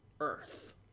earth